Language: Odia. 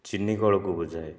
ଚିନିକଳକୁ ବୁଝାଏ